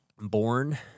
born